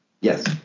Yes